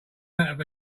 amount